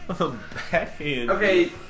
Okay